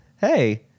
hey